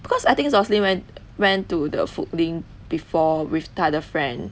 cause I think jocelyn went went to the foodlink before with 她的 friend